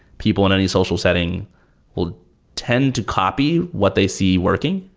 people in any social setting will tend to copy what they see working.